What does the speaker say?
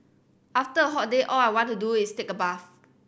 after a hot day all I want to do is take a bath